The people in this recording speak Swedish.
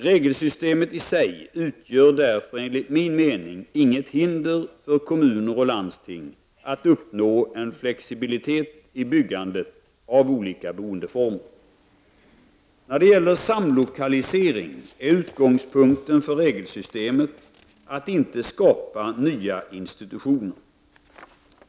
Regelsystemet i sig utgör därför enligt min mening inget hinder för kommuner och landsting att uppnå en flexibilitet i byggandet av olika boendeformer. När det gäller samlokalisering är utgångspunkten för regelsystemet att inte skapa nya institutioner.